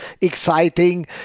exciting